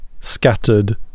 scattered